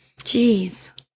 Jeez